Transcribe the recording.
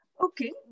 Okay